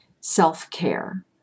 self-care